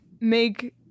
make